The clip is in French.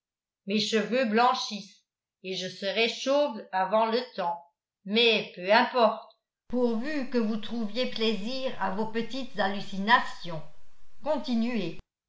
mes cheveux blanchissent et je serai chauve avant le temps mais peu importe pourvu que vous trouviez plaisir à vos petites hallucinations continuez